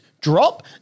drop